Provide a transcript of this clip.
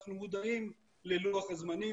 אנחנו מודעים ללוח הזמנים,